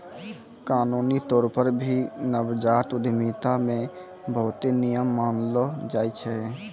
कानूनी तौर पर भी नवजात उद्यमिता मे बहुते नियम मानलो जाय छै